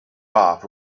off